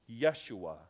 Yeshua